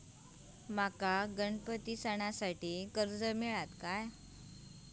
माका गणपती सणासाठी कर्ज मिळत काय?